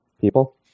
people